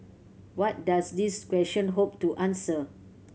what does these question hope to answer